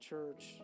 Church